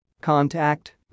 Contact